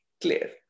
clear